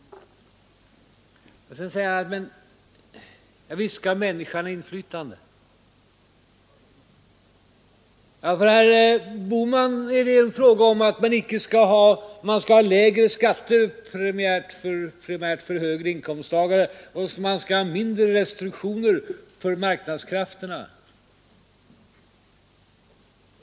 Sedan säger han: Ja, visst skall människan ha inflytande. För herr Bohman är det här fråga om att man skall ha lägre skatter, primärt för högre inkomsttagare, och mindre restriktioner för marknadskrafterna.